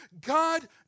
God